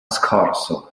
scorso